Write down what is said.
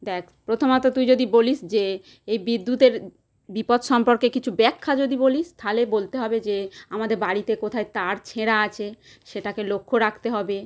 দেখ প্রথমত তুই যদি বলিস যে এই বিদ্যুতের বিপদ সম্পর্কে কিছু ব্যাখ্যা যদি বলিস তাহলে বলতে হবে যে আমাদের বাড়িতে কোথায় তার ছেঁড়া আছে সেটাকে লক্ষ্য রাখতে হবে